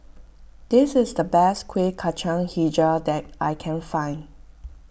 this is the best Kuih Kacang HiJau that I can find